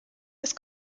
des